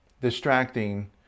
distracting